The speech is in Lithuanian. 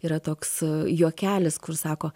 yra toks juokelis kur sako